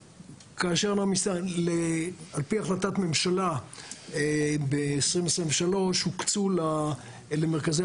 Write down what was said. על פי החלטת ממשלה ב-2023 הוקצו למרכזי